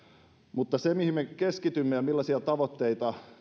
mutta se mihin me keskitymme ja millaisia tavoitteita